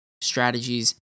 strategies